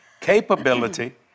capability